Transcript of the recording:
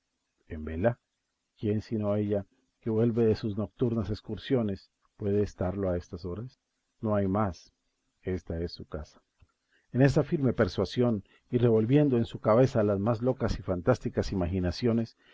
en vela quién sino ella que vuelve de sus nocturnas excursiones puede estarlo a esas horas no hay más ésta es su casa en esta firme persuasión y revolviendo en su cabeza las más locas y fantásticas imaginaciones